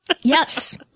Yes